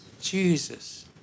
Jesus